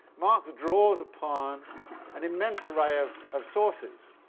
marx draws upon an immense array of of sources,